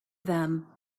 them